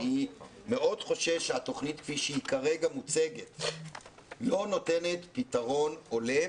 אני מאוד חושש שהתוכנית כפי שהיא כרגע מוצגת לא נותנת פתרון הולם,